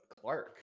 Clark